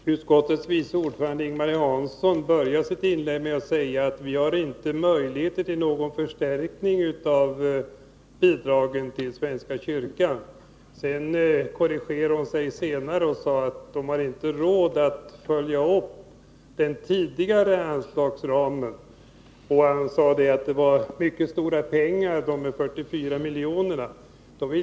Herr talman! Utskottets vice ordförande, Ing-Marie Hansson, började sitt Onsdagen den inlägg med att säga att vi inte har möjligheter till någon förstärkning av 20 april 1983 bidragen till svenska kyrkan. Senare korrigerade hon sig och sade att man inte har råd att följa upp den tidigare anslagsramen. Hon sade att det är mycket stora pengar, de där 44 miljonerna.